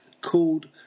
called